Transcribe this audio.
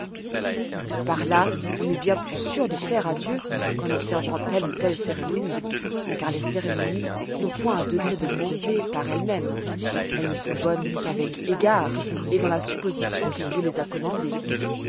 on est bien plus sûr par là de plaire à dieu qu'en observant telle ou telle cérémonie car les cérémonies n'ont point un degré de bonté par elles-mêmes elles ne sont bonnes qu'avec égard et dans la supposition que dieu les a commandées